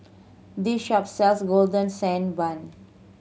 this shop sells Golden Sand Bun